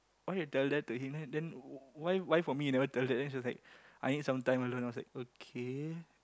why you tell that to him then then why why for me you never tell that then she was like I need some time alone I was like okay